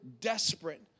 desperate